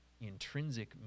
intrinsic